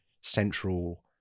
central